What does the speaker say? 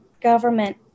government